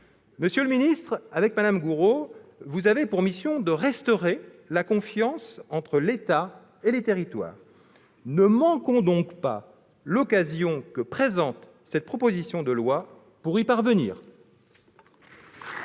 Monsieur le ministre, avec Mme Gourault, vous avez pour mission de restaurer la confiance entre l'État et les territoires. Ne manquons donc pas l'occasion que présente cette proposition de loi pour y parvenir